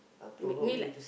make me like